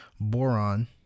boron